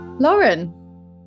Lauren